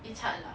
it's hard lah